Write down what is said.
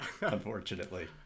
unfortunately